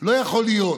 לא יכול להיות